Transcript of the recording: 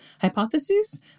Hypothesis